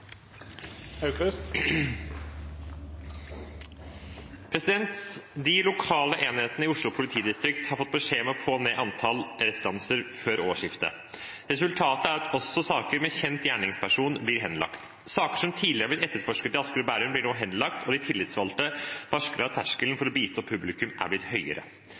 lokale enhetene i Oslo politidistrikt har fått beskjed om å få ned antallet restanser før årsskiftet. Resultatet er at også saker med kjent gjerningsperson blir henlagt. Saker som tidligere hadde blitt etterforsket i Asker og Bærum, blir nå henlagt, og de tillitsvalgte varsler at terskelen for å bistå publikum er blitt høyere.